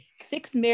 Six